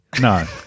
No